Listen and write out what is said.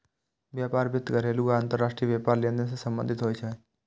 व्यापार वित्त घरेलू आ अंतरराष्ट्रीय व्यापार लेनदेन सं संबंधित होइ छै